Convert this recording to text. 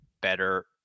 better